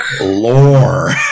Lore